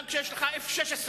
גם כשיש לך F-16,